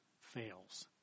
fails